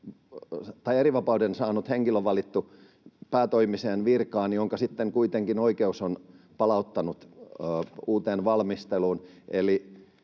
on erivapauden saanut henkilö valittu päätoimiseen virkaan, jonka sitten kuitenkin oikeus on palauttanut uuteen valmisteluun.